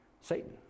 Satan